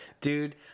Dude